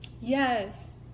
yes